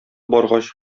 баргач